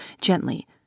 gently